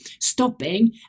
stopping